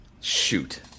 Shoot